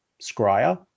Scryer